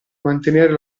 mantenere